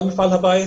גם מפעל הפיס,